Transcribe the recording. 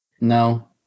no